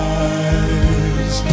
eyes